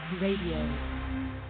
Radio